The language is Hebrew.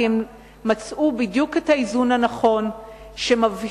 כי הם מצאו בדיוק את האיזון הנכון שמבהיר.